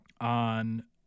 on